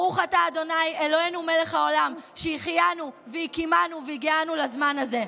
ברוך אתה ה' אלוהינו מלך העולם שהחיינו וקיימנו והגיענו לזמן הזה.